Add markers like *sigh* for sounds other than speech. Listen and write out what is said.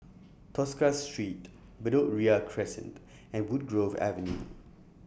Tosca Street Bedok Ria Crescent and Woodgrove Avenue *noise*